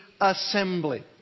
assembly